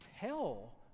tell